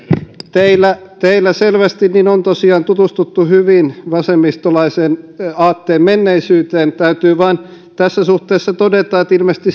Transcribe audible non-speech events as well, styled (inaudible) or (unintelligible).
teillä teillä selvästi on tosiaan tutustuttu hyvin vasemmistolaisen aatteen menneisyyteen täytyy vain tässä suhteessa todeta että ilmeisesti (unintelligible)